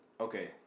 okay